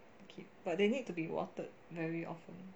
cute but they need to be watered very often